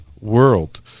world